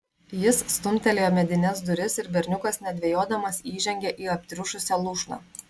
jis stumtelėjo medines duris ir berniukas nedvejodamas įžengė į aptriušusią lūšną